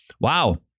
wow